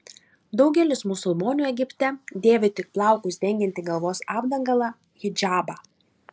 daugelis musulmonių egipte dėvi tik plaukus dengiantį galvos apdangalą hidžabą